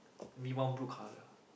we want blue color